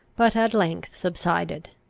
but at length subsided,